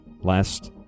Last